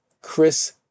Chris